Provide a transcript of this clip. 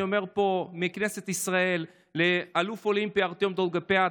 אני אומר פה מכנסת ישראל לאלוף האולימפי ארטיום דולגופיאט: